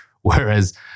whereas